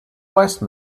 wise